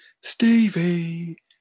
Stevie